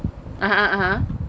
(uh huh) (uh huh)